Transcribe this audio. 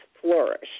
flourish